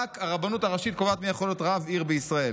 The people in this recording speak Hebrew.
רק הרבנות הראשית קובעת מי יכול להיות רב עיר בישראל.